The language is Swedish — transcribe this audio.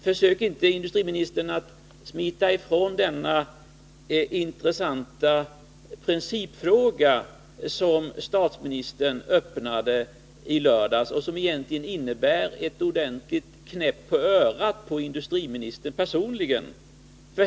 Försök inte, industriministern, att smita ifrån denna intressanta princip Nr 32 fråga, som statsministern tog upp i lördags och som egentligen innebär en Måndagen den ordentlig knäpp på näsan på industriministern personligen.